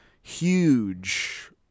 huge